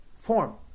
form